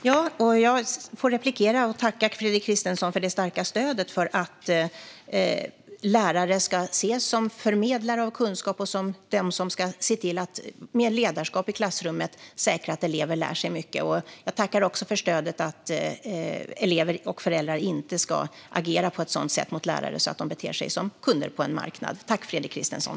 Herr talman! Jag får tacka Fredrik Christensson för hans starka stöd för att lärare ska ses som förmedlare av kunskap och som de som ska se till att med ledarskap i klassrummet säkra att elever lär sig mycket. Jag tackar också för stödet för att elever och föräldrar inte ska agera på ett sådant sätt mot lärare att de beter sig som kunder på en marknad. Tack, Fredrik Christensson!